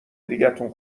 دیگتون